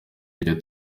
iryo